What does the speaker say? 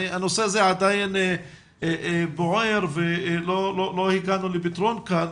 הנושא הזה עדיין בוער ולא הגענו לפתרון כאן.